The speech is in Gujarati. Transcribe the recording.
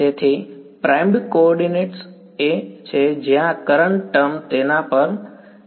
તેથી પ્રાઇમ્ડ કોઓર્ડિનેટ્સ એ છે જ્યાં કરંટ ટર્મ તેના Jsr′ છે